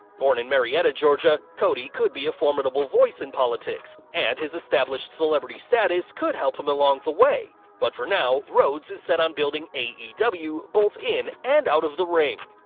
born in marietta, georgia, cody could be a formidable voice in politics, and his established celebrity status could help him along the way, but for now, rhodes is set on building aew, both in and out of the ring.